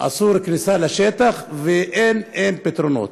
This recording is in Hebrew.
אסורה הכניסה לשטח, ואין, אין פתרונות.